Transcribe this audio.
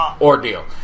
ordeal